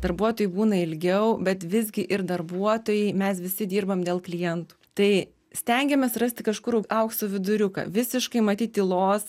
darbuotojai būna ilgiau bet visgi ir darbuotojai mes visi dirbam dėl klientų tai stengiamės rasti kažkur aukso viduriuką visiškai matyt tylos